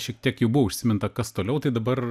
šiek tiek jau buvo užsiminta kas toliau tai dabar